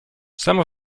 some